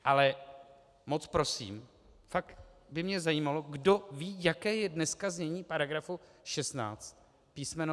Ale moc prosím, fakt by mě zajímalo, kdo ví, jaké je dneska znění paragrafu 16 písm.